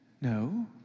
No